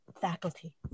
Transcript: faculty